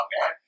man